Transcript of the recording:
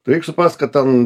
tai reik suprast kad ten